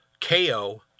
KO